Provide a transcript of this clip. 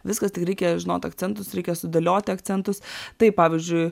viskas tik reikia žinot akcentus reikia sudėliot akcentus taip pavyzdžiui